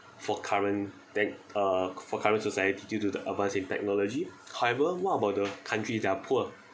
for current that uh for current society due to the advanced in technology however what about the country that are poor